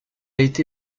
été